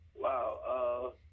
Wow